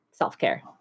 self-care